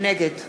נגד